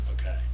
Okay